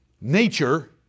Nature